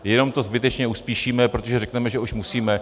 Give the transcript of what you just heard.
Jenom to zbytečně uspíšíme, protože řekneme, že už musíme.